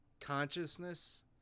consciousness